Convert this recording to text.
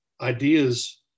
Ideas